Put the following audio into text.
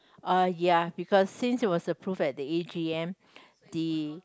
uh ya because since it was approved at the a_g_m the